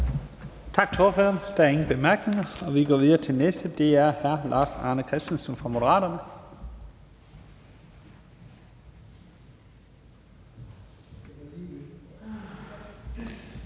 Tak til ordføreren. Der er ingen korte bemærkninger. Vi går videre til den næste, og det er hr. Lars Arne Christensen fra Moderaterne.